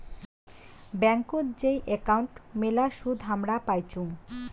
ব্যাংকোত যেই একাউন্ট মেলা সুদ হামরা পাইচুঙ